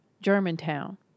Germantown